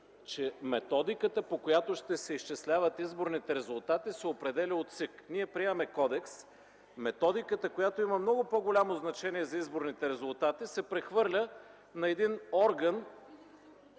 че методиката, по която ще се изчисляват изборните резултати, се определя от ЦИК. Ние приемаме Кодекс – методиката, която има много по-голямо значение за изборните резултати, се прехвърля на един орган…